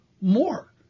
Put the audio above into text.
More